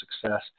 success